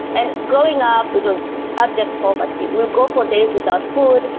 and growing up, it was abject poverty. we'll go for days without food.